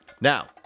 Now